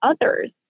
others